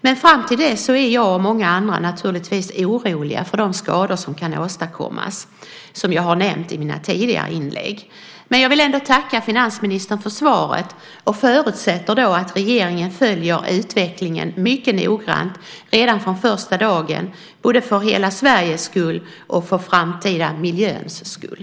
Men fram till dess är jag och många andra naturligtvis oroliga för de skador som kan åstadkommas, som jag har nämnt i mina tidigare inlägg. Jag vill ändå tacka finansministern för svaret och förutsätter att regeringen följer utvecklingen mycket noggrant redan från första dagen, både för hela Sveriges skull och för den framtida miljöns skull.